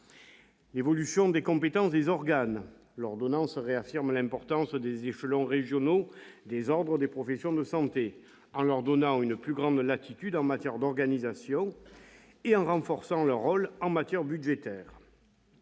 l'évolution des compétences des organes, l'ordonnance réaffirme l'importance des échelons régionaux des ordres des professions de santé, en leur donnant une plus grande latitude en matière d'organisation et en renforçant leur rôle en matière budgétaire.